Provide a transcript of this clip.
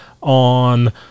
on